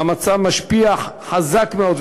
והמצב משפיע מאוד.